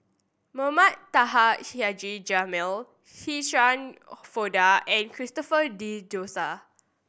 Mohamed Taha Haji Jamil Shirin Fozdar and Christopher De Souza